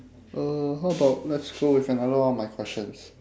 uh how about let's go with another one of my questions